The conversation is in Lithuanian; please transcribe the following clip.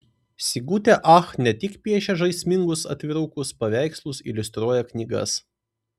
sigutė ach ne tik piešia žaismingus atvirukus paveikslus iliustruoja knygas